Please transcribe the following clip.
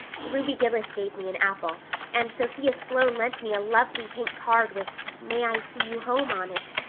ruby gillis gave me an apple and sophia sloane lent me a lovely pink card with may i see you home on it.